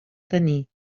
tenir